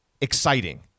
exciting